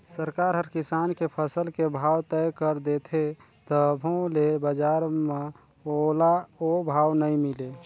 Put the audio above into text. सरकार हर किसान के फसल के भाव तय कर देथे तभो ले बजार म ओला ओ भाव नइ मिले